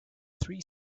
three